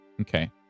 Okay